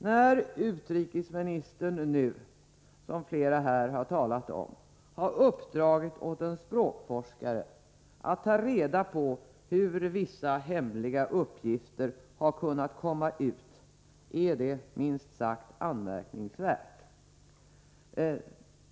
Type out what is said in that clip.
När utrikesministern nu, som flera här har talat om, har uppdragit åt en språkforskare att ta reda på hur vissa hemliga uppgifter har kunnat komma ut, är det minst sagt anmärkningsvärt.